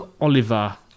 Oliver